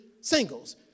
singles